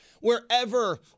wherever